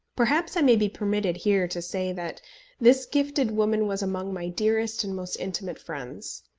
perhaps i may be permitted here to say, that this gifted woman was among my dearest and most intimate friends.